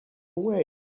away